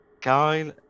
Kyle